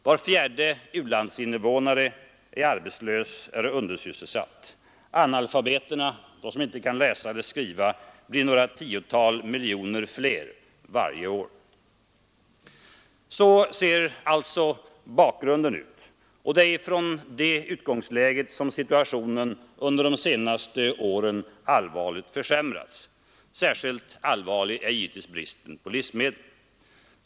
Var fjärde u-landsinvånare är arbetslös eller undersysselsatt. Analfabeterna, alltså de som inte kan läsa eller skriva, blir några tiotal miljoner fler varje år. Så ser alltså bakgrunden ut, och det är från det utgångsläget som situationen under de senaste åren har allvarligt försämrats. Särskilt allvarlig är givetvis bristen på livsmedel.